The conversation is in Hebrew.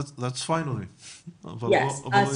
כן.